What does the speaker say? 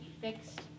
fixed